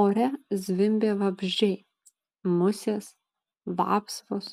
ore zvimbė vabzdžiai musės vapsvos